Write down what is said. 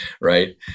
right